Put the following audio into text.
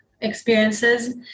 experiences